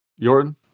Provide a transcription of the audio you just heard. Jordan